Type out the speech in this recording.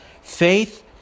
faith